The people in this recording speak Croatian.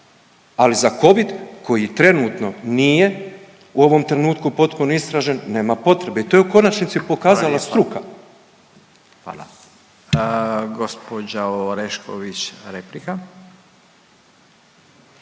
ali za covid koji trenutno nije u ovom trenutku potpuno istražen nema potrebe i to je u konačnici pokazala struka …/Upadica Radin: Hvala